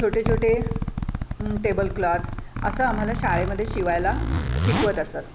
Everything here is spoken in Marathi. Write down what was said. छोटे छोटे टेबल क्लॉथ असं आम्हाला शाळेमध्ये शिवायला शिकवत असत